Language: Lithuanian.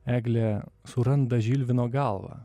eglė suranda žilvino galvą